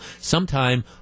sometime